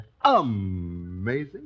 Amazing